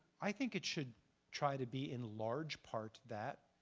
i think it should try to be in large part that.